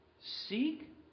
seek